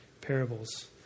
parables